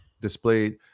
displayed